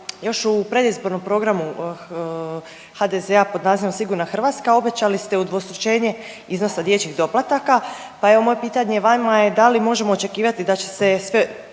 još u predizbornom programu HDZ-a pod nazivom Sigurna Hrvatska obećali ste udvostručenje iznosa dječjih doplataka, pa evo moje pitanje vama je da li možemo očekivati da će se sve